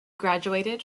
graduated